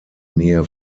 nähe